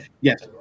yes